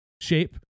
shape